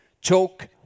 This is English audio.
choke